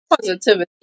positivity